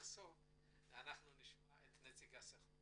אנחנו נשמע את נציג הסוכנות,